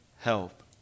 help